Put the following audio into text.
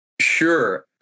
Sure